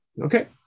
Okay